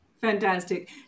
Fantastic